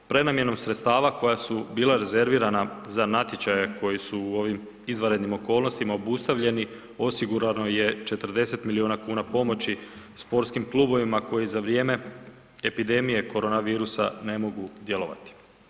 Prenamjenom sredstava koja su bila rezervirana za natječaje koji su u ovim izvanrednim okolnostima obustavljeni osigurano je 40 milijuna pomoći sportskim klubovima koji za vrijeme epidemije korona virusa ne mogu djelovati.